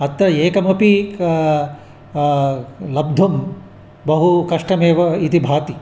अत्र एकमपि क लब्धुं बहु कष्टमेव इति भाति